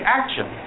action